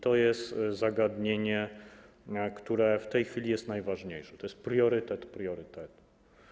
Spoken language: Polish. To jest zagadnienie, które w tej chwili jest najważniejsze, to jest priorytet priorytetów.